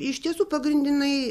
iš tiesų pagrindinai